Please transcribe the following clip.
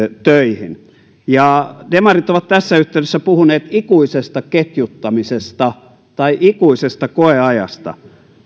töihin demarit ovat tässä yhteydessä puhuneet ikuisesta ketjuttamisesta tai ikuisesta koeajasta